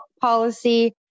policy